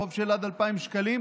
חוב של עד 2,000 שקלים,